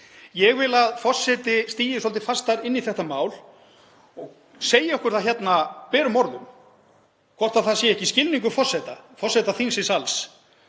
Ég vil að forseti stigi svolítið fastar inn í þetta mál og segi okkur það hérna berum orðum hvort það sé ekki skilningur forseta, forseta þingsins